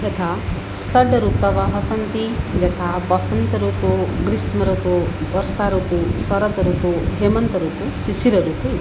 यथा षड् ऋतवः सन्ति यथा वसन्तः ऋतुः ग्रीष्म ऋतुः वर्षा ऋतुः शरदृतुः हेमन्त ऋतुः शिशिर ऋतुः